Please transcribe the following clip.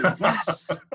Yes